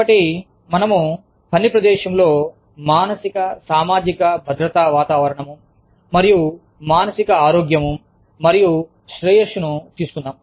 కాబట్టి మనము పని ప్రదేశంలో మానసిక సామాజిక భద్రతా వాతావరణం మరియు మానసిక ఆరోగ్యం మరియు శ్రేయస్సును తీసుకుందాం